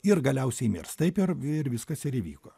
ir galiausiai mirs taip ir ir viskas ir įvyko